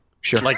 sure